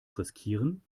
riskieren